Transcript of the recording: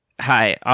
Hi